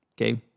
okay